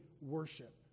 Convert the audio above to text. worship